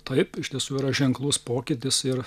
taip iš tiesų yra ženklus pokytis ir